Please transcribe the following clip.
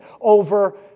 over